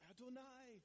Adonai